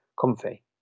comfy